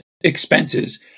expenses